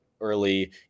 early